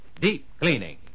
deep-cleaning